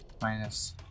minus